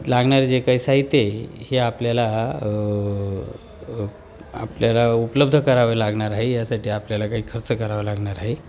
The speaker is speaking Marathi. लागणारं जे काी साहित्य आहे हे आपल्याला आपल्याला उपलब्ध करावे लागणार आहे यासाठी आपल्याला काही खर्च करावा लागणार आहे